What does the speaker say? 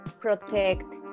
protect